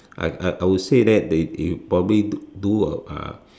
I I I would say that they probably do uh